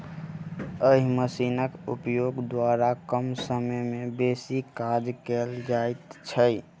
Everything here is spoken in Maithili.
एहि मशीनक उपयोग द्वारा कम समय मे बेसी काज कयल जाइत छै